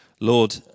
Lord